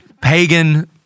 pagan